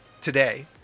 today